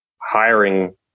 Hiring